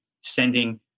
sending